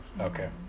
Okay